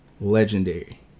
Legendary